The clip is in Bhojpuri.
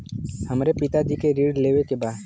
हमरे पिता जी के ऋण लेवे के बा?